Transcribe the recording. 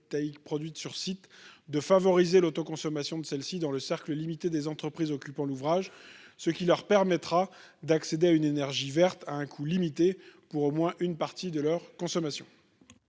produite sur site, de favoriser l'autoconsommation de celle-ci dans le cercle limité des entreprises occupant l'ouvrage, qui pourront ainsi accéder à une énergie verte à un coût limité pour au moins une partie de leur consommation.